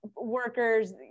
workers